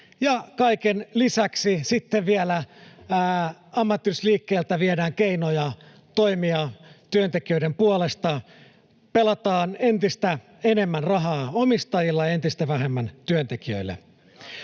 sitten vielä ammattiyhdistysliikkeeltä viedään keinoja toimia työntekijöiden puolesta, pelataan entistä enemmän rahaa omistajille, entistä vähemmän työntekijöille.